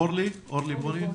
אורלי בוני בבקשה.